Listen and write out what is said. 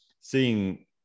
seeing